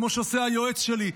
כמו שעושה היועץ שלי?